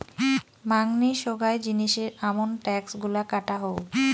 মাঙনি সোগায় জিনিসের আমন ট্যাক্স গুলা কাটা হউ